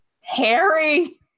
Harry